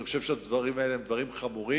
אני חושב שהדברים האלה הם דברים חמורים.